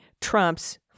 trumps